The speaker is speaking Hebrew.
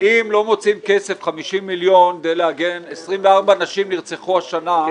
אם לא מוצאים כסף 50 מיליון כדי להגן 24 נשים נרצחו השנה.